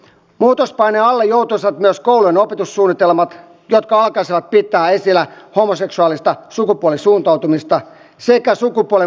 muutospaineen alle joutuisivat myös koulujen opetussuunnitelmat jotka alkaisivat pitää esillä homoseksuaalista sukupuolisuuntautumista sekä sukupuolen moninaisuutta